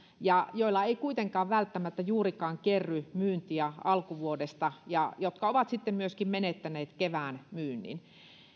ja joilla ei kuitenkaan välttämättä juurikaan kerry myyntiä alkuvuodesta ja jotka ovat sitten myöskin menettäneet kevään myynnin